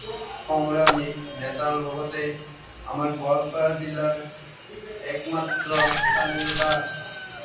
সংগ্ৰামী নেতাৰ লগতে আমাৰ গোৱালপাৰ জিলাৰ একমাত্ৰ স্বাধীনতা